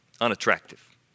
unattractive